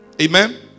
Amen